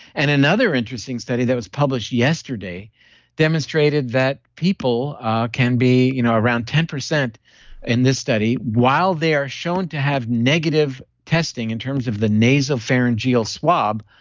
and another interesting study that was published yesterday demonstrated that people can be you know around ten percent in this study. while they're shown to have negative testing in terms of the nasal pharyngeal swab,